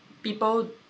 people